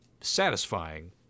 satisfying